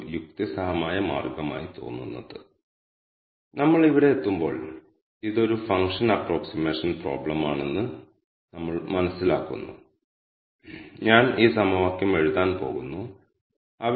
ഈ സാഹചര്യത്തിൽ ഞങ്ങൾക്ക് 7 വേരിയബിളുകളും ഏകദേശം 91 എൻട്രികളും ഉണ്ട്